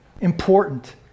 important